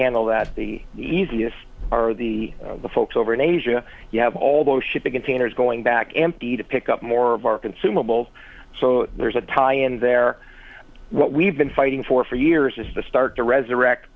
handle that the easiest are the folks over in asia you have although shipping containers going back empty to pick up more of our consumables so there's a tie in there what we've been fighting for for years is to start to resurrect